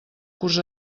curs